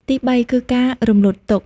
ទីបី គឺការរំលត់ទុក្ខ។